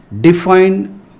Define